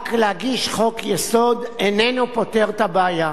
רק להגיש חוק-יסוד איננו פותר את הבעיה.